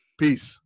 peace